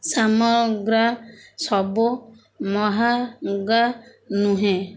ସାମଗ୍ରା ସବୁ ମହାଗା ନୁହେଁ